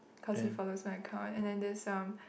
cause he follow side account and then this some